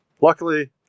Luckily